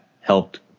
helped